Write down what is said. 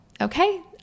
Okay